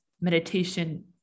meditation